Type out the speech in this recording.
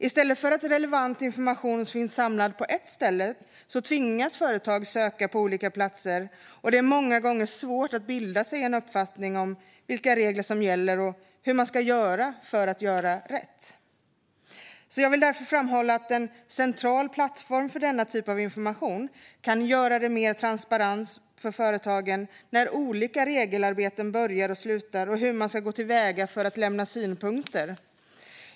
I stället för att relevant information finns samlad på ett ställe tvingas företag att söka på olika platser, och det är många gånger svårt att bilda sig en uppfattning om vilka regler som gäller och hur man ska göra för att göra rätt. Jag vill därför framhålla att en central plattform för denna typ av information kan göra det mer transparent för företagen när olika regelarbeten börjar och slutar och hur man ska gå till väga för att lämna synpunkter.